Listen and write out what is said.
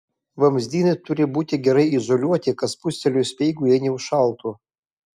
vamzdynai turi būti gerai izoliuoti kad spustelėjus speigui jie neužšaltų